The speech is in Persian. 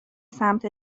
سمت